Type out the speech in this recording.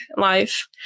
life